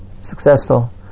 successful